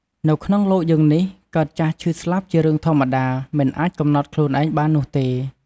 នៅក្នុងលោកយើងនេះកើតចាស់ឈឺស្លាប់ជារឿងធម្មជាតិមិនអាចកំណត់ខ្លួនឯងបាននោះទេ។